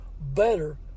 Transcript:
better